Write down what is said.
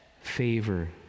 favor